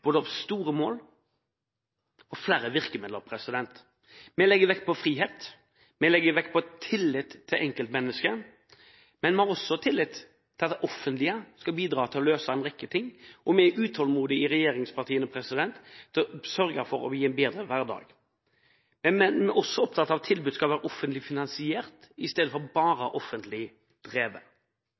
store mål og flere virkemidler. Vi legger vekt på frihet, vi legger vekt på tillit til enkeltmennesker, men vi har også tillit til at det offentlige skal bidra til å løse en rekke ting. Vi i regjeringspartiene er utålmodige etter å sørge for å gi folk en bedre hverdag. Vi er også for at tilbud kan være offentlig finansiert i stedet for bare å være offentlig drevet.